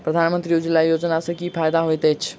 प्रधानमंत्री उज्जवला योजना सँ की फायदा होइत अछि?